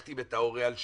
מחתים את ההורה על שיפוי,